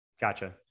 Gotcha